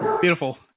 beautiful